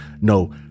No